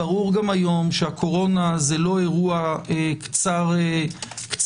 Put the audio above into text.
בורר גם היום שהקורונה זה לא אירוע קצר מועד.